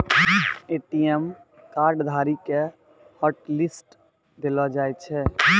ATM card धारी के hotlist देलो जाय छै